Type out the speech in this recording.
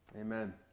Amen